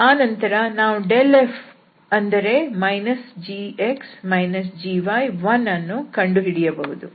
ಆನಂತರ ನಾವು f ಅಂದರೆ gx gy1 ಅನ್ನು ಕಂಡುಹಿಡಿಯಬಹುದು